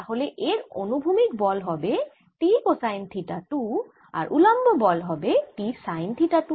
তাহলে এর অনুভূমিক বল হবে T কোসাইন থিটা 2 আর উল্লম্ব বল হবে T সাইন থিটা 2